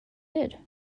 did